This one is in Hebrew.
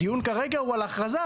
הדיון כרגע הוא על הכרזה.